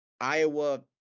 Iowa